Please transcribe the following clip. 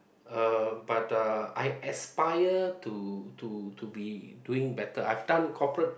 uh but uh I aspire to to to be doing better I've done corporate